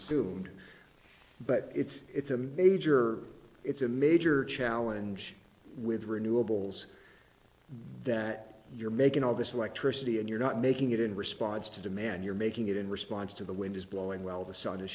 but it's a major it's a major challenge with renewables that you're making all this electricity and you're not making it in response to demand you're making it in response to the wind is blowing well the sun is